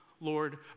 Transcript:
Lord